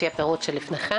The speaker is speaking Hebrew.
לפי הפירוט שלפניכם.